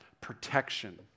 protection